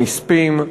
הנספים,